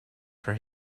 for